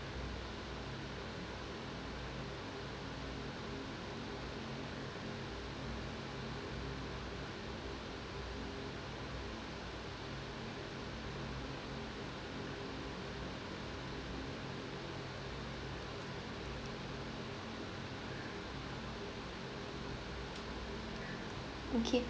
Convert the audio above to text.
okay